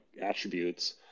attributes